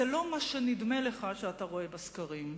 זה לא מה שנדמה לך שאתה רואה בסקרים.